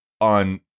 on